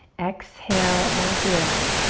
exhale, empty it out.